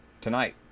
tonight